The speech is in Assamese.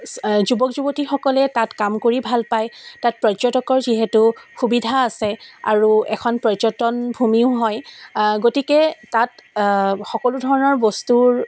যুৱক যুৱতীসকলে তাত কাম কৰি ভাল পায় তাত পৰ্যটকৰ যিহেতু সুবিধা আছে আৰু এখন পৰ্যটন ভূমিও হয় গতিকে তাত সকলো ধৰণৰ বস্তুৰ